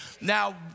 Now